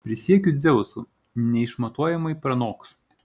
prisiekiu dzeusu neišmatuojamai pranoks